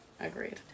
Agreed